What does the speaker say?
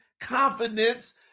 confidence